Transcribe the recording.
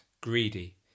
greedy